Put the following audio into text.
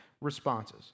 responses